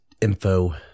info